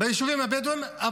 ביישובים הבדואיים.